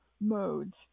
modes